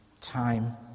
Time